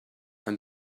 and